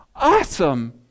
awesome